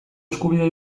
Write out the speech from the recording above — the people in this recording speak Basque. eskubidea